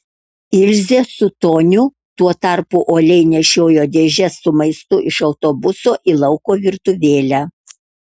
ilzė su toniu tuo tarpu uoliai nešiojo dėžes su maistu iš autobuso į lauko virtuvėlę